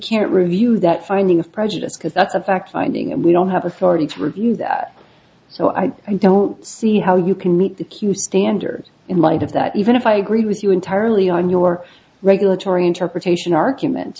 can't review that finding of prejudice because that's a fact finding and we don't have authority to review that so i don't see how you can meet the q standard in light of that even if i agree with you entirely on your regulatory interpretation argument